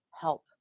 help